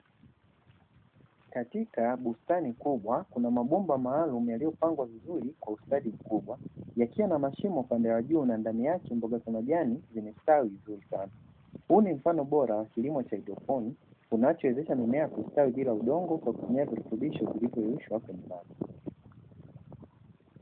Katika bustani kubwa kuna mabomba maalumu yaliyopangwa vizuri kwa ustadi mkubwa, yakiwa na mashimo upande wa juu na ndani yake mboga za majani zimestawi vizuri sana, huu ni mfano bora kilimo cha haidroponi unachowezesha mimea ya kustawi bila udongo kwa kutumia virutubisho vilivyo yeyushwa kwenyemaji.